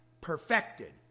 perfected